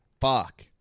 fuck